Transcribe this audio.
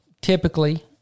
typically